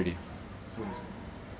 eh how long the recording already